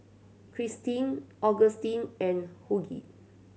Kristen Augustin and Hughie